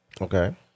Okay